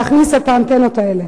להכניס את האנטנות האלה.